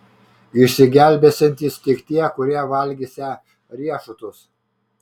išsigelbėsiantys tik tie kurie valgysią riešutus